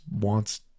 wants